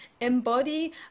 embody